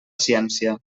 ciència